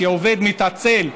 כשעובד מתעצל,